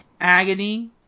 agony